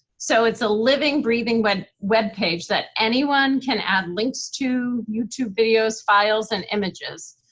so, it's a living breathing web web page that anyone can add links to, youtube videos, files, and images.